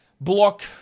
Block